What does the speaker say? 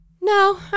No